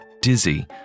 dizzy